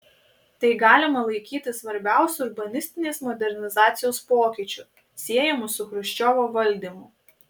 tai galima laikyti svarbiausiu urbanistinės modernizacijos pokyčiu siejamu su chruščiovo valdymu